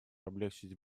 облегчить